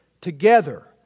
together